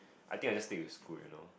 I think I just take the school you know